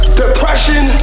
depression